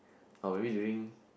how are we doing